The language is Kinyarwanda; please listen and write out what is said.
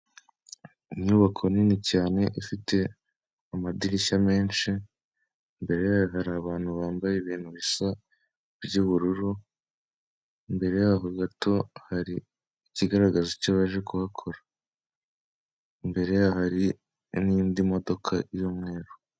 Inyubako nini cyane ifite amadirishya menshi, imbere yayo hari abantu bambaye ibintu bisa by'ubururu, imbere yaho gato hari ikigaragaza icyo baje kuhakora, imbere yaho hari n'indi modoka y'umweru.